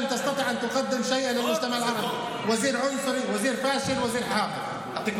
"הדא וזיר" מקיים